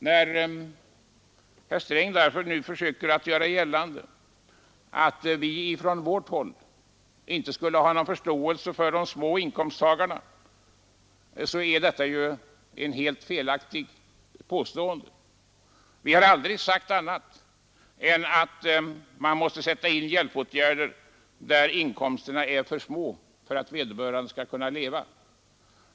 När herr Sträng försöker göra gällande att vi från vårt håll inte skulle ha någon förståelse för de små inkomsttagarna, så är ju detta ett helt felaktigt påstående. Vi har aldrig sagt annat än att man måste sätta in hjälpåtgärder där inkomsterna är för små för att vederbörande skall kunna leva.